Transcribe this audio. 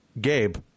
gabe